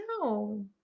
No